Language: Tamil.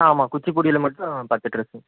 ஆ ஆமாம் குச்சிப்புடியில் மட்டும் பத்து ட்ரெஸ்ஸு